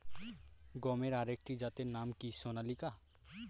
গমের আরেকটি জাতের নাম কি সোনালিকা?